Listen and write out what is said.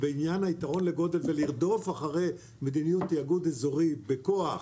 בעניין היתרון לגודל ולרדוף אחרי מדיניות תיאגוד אזורי בכוח,